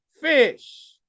fish